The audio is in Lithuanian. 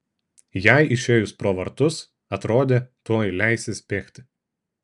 jai išėjus pro vartus atrodė tuoj leisis bėgti